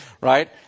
right